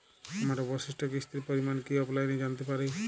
আমার অবশিষ্ট কিস্তির পরিমাণ কি অফলাইনে জানতে পারি?